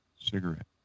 Cigarette